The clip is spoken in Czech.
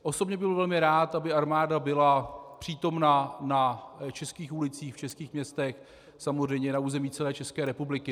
Osobně bych byl velmi rád, aby armáda byla přítomna na českých ulicích, v českých městech, samozřejmě na území celé České republiky.